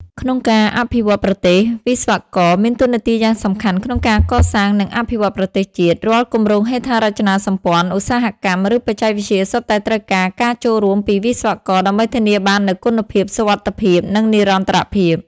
ក្នុងការអភិវឌ្ឍន៍ប្រទេសវិស្វករ មានតួនាទីយ៉ាងសំខាន់ក្នុងការកសាង និងអភិវឌ្ឍប្រទេសជាតិ រាល់គម្រោងហេដ្ឋារចនាសម្ព័ន្ធឧស្សាហកម្ម ឬបច្ចេកវិទ្យាសុទ្ធតែត្រូវការការចូលរួមពីវិស្វករដើម្បីធានាបាននូវគុណភាពសុវត្ថិភាព និងនិរន្តរភាព។